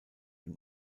und